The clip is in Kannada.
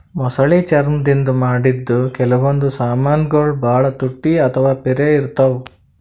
ಮೊಸಳಿ ಚರ್ಮ್ ದಿಂದ್ ಮಾಡಿದ್ದ್ ಕೆಲವೊಂದ್ ಸಮಾನ್ಗೊಳ್ ಭಾಳ್ ತುಟ್ಟಿ ಅಥವಾ ಪಿರೆ ಇರ್ತವ್